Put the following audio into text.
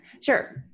Sure